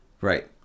Right